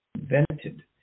invented